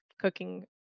cooking